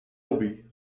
hobby